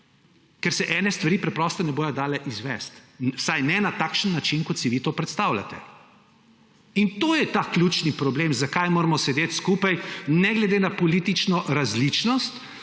ker se ene stvari preprosto ne bodo dale izvesti – vsaj ne na takšen način, kot si vi to predstavljate – in to je ta ključni problem, zakaj moramo sedeti skupaj, ne glede na politično različnost,